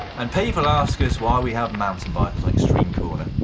and people ask us why we have mountain bikers on extreme corner.